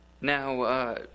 Now